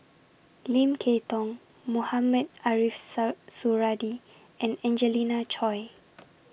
Lim Kay Tong Mohamed Ariff Suradi and Angelina Choy